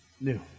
new